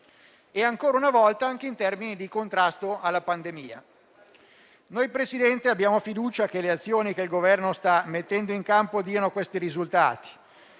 ancora una volta in termini di contrasto alla pandemia. Signor Presidente, abbiamo fiducia che le azioni che il Governo sta mettendo in campo diano questi risultati